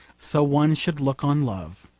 so one should look on love.